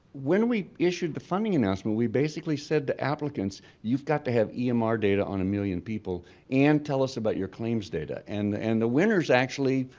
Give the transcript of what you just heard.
when we issued the funding announcement we basically said to applicants you've got to have emr data on a million people and tell us about your claims data. and and the winners actually